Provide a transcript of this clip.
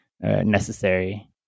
necessary